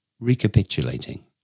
Recapitulating